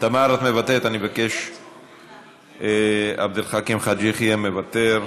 את מוותרת, עבד אל חכים חאג' יחיא, מוותר.